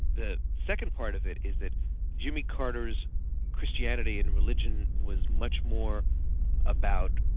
the second part of it is that jimmy carter's christianity and religion was much more about